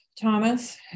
Thomas